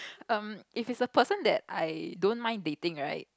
um if it's a person that I don't mind dating right